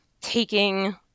taking